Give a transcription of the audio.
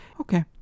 Okay